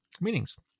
meanings